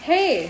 Hey